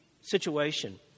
situation